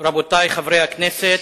רבותי חברי הכנסת,